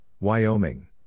Wyoming